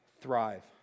thrive